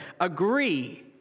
agree